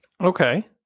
Okay